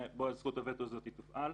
שבו זכות הווטו הזאת תפעל.